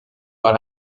par